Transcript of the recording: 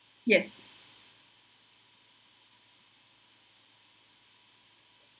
yes